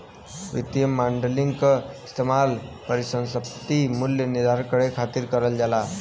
वित्तीय मॉडलिंग क इस्तेमाल परिसंपत्ति मूल्य निर्धारण करे खातिर करल जाला